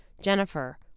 Jennifer